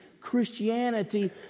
Christianity